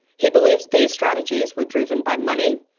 he believes these strategies were driven by money,